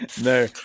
No